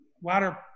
water